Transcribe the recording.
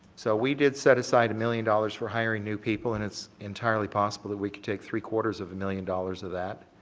so we did set aside a million dollars for hiring new people and it's entirely possible that we could take three quarters of a million dollars off that.